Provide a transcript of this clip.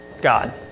God